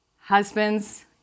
Husbands